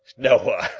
noah!